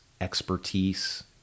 expertise